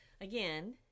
again